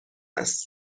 است